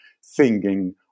singing